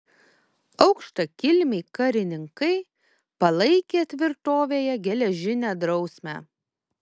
aukštakilmiai karininkai palaikė tvirtovėje geležinę drausmę